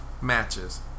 matches